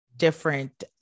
different